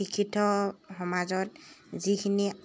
শিক্ষিত সমাজত যিখিনি